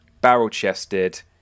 barrel-chested